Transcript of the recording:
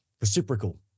Reciprocal